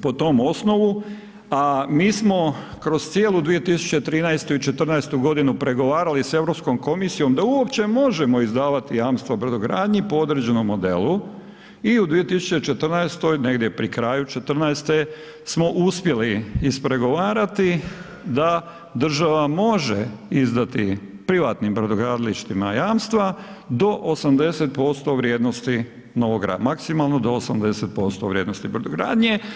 po tom osnovu, a mi smo kroz cijelu 2013. i 2014. godinu pregovarali sa Europskom komisijom da uopće možemo izdavati jamstva brodogradnji po određenom modelu i u 2014. negdje pri kraju 2014. smo uspjeli ispregovarati da država može izdati privatnim brodogradilištima jamstva do 80% vrijednosti, maksimalno do 80% vrijednosti brodogradnje.